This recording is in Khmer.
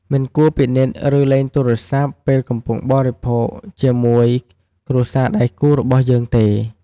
មិនគួរពិនិត្យឬលេងទូរស័ព្ទពេលកំពុងបរិភោគជាមួយគ្រួសារដៃគូររបស់យើងទេ។